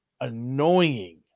annoying